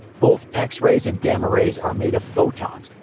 both x-rays and gamma rays are made of photons,